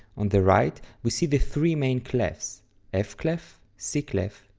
on the right we see the three main clefs ah f-clef, c-clef,